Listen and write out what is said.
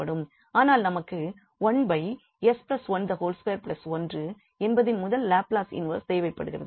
ஆனால் நமக்கு 1s121 என்பதின் முதல் லாப்லஸ் இன்வெர்ஸ் தேவைப்படுகிறது